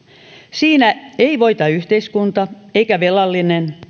siinä ei voita yhteiskunta eikä velallinen vaan